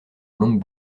longue